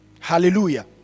Hallelujah